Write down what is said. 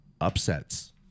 upsets